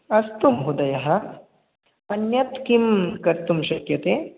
अस्तु महोदय अन्यत् किं कर्तुं शक्यते